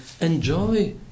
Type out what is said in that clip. enjoy